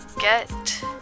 get